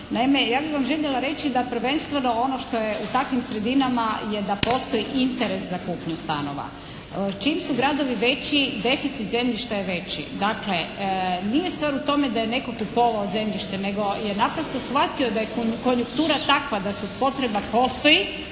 Naime, ja bih vam željela reći da prvenstveno ono što je u takvim sredinama je da postoji interes za kupnju stanova. Čim su gradovi veći, deficit zemljišta je veći. Dakle, nije stvar u tome da je netko kupovao zemljište, nego je naprosto shvatio da je konjuktura takva da potreba postoji,